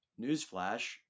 Newsflash